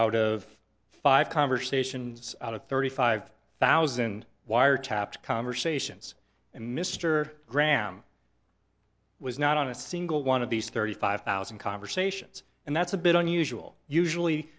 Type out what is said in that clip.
out of five conversations out of thirty five thousand wiretapped conversations and mr graham was not on a single one of these thirty five thousand conversations and that's a bit unusual usually